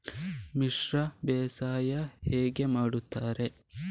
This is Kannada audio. ಮಿಶ್ರ ಬೇಸಾಯ ಹೇಗೆ ಮಾಡುತ್ತಾರೆ?